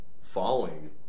following